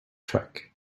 track